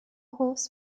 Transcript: horse